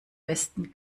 besten